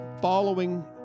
following